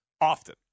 Often